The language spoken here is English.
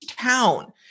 town